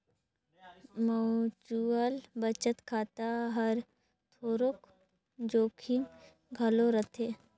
mutual बचत खाता हर थोरोक जोखिम घलो रहथे